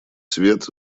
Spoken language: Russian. свет